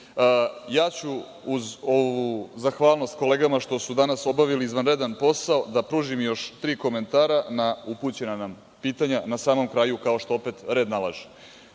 ću uz ovu zahvalnost kolegama što su danas obavili izvanredan posao da pružim još tri komentara na upućena pitanja na samom kraju, kao što opet red nalaže. Prva